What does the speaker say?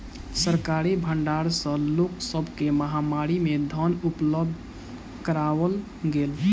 सरकारी भण्डार सॅ लोक सब के महामारी में धान उपलब्ध कराओल गेल